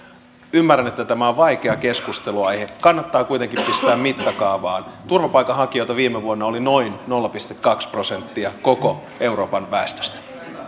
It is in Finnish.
ymmärrän että tämä on vaikea keskustelunaihe kannattaa kuitenkin pistää mittakaavaan turvapaikanhakijoita viime vuonna oli noin nolla pilkku kaksi prosenttia koko euroopan väestöstä